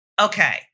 okay